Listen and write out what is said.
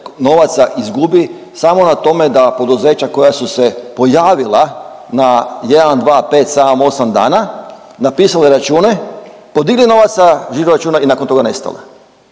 novaca izgubi samo na tome da poduzeća koja su se pojavila na 1, 2, 5, 7, 8 dana, napisale račune, podigli novac sa žiro računa i nakon toga nestale